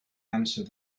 answer